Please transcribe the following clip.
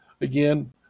again